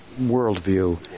worldview